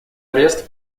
арест